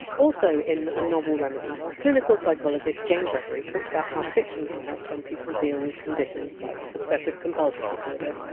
also in a novel remedy, clinical psychologist jane gregory talked about how fiction can help some people deal with conditions like obsessive compulsive disorder.